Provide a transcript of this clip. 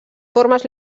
formes